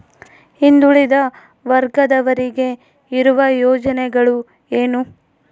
ಹಿಂದುಳಿದ ವರ್ಗದವರಿಗೆ ಇರುವ ಯೋಜನೆಗಳು ಏನು?